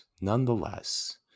nonetheless